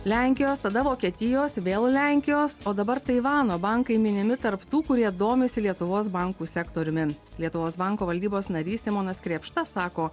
lenkijos tada vokietijos vėl lenkijos o dabar taivano bankai minimi tarp tų kurie domisi lietuvos bankų sektoriumi lietuvos banko valdybos narys simonas krėpšta sako